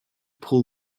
pull